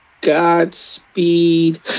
Godspeed